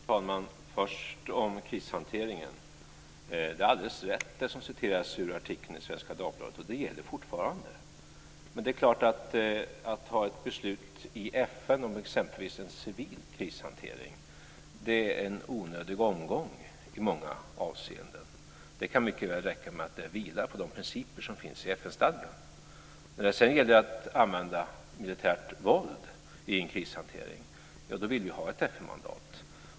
Fru talman! Först om krishanteringen: Det är alldeles rätt citerat ur artikeln i Svenska Dagbladet, och det gäller fortfarande. Men att fatta ett beslut i FN om exempelvis en civil krishantering är en onödig gonggong i många avseenden. Det kan mycket väl räcka med att det vilar på de principer som finns i FN När det sedan gäller att använda militärt våld i en krishantering vill vi ha ett FN-mandat.